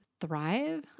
thrive